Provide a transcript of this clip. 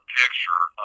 picture